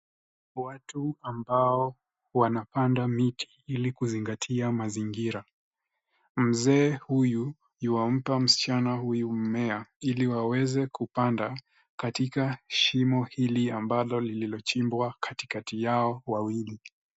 Watu ambao wanapanda miti, ili kuzingatia mazingira. Mzee huyu, yuampa msichana huyu mmea, ili waweze kupanda, katika shimo hili ambalo lililochimbwa katikati yao wawili.